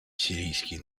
сирийский